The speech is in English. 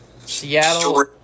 Seattle